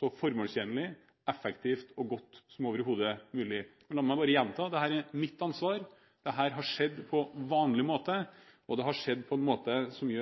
så formålstjenlig, effektivt og godt som overhodet mulig. La meg bare gjenta: Dette er mitt ansvar, dette har skjedd på vanlig måte og etter boken. Det